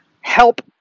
help